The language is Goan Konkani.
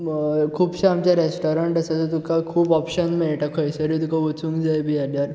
खुबशे आमचे रेस्टॉरंट आसात जंय तुका खूब ऑपशन मेळटात खंयसरूय तुका वचूंक जाय बी जाल्यार